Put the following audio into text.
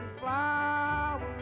flowers